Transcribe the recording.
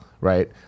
right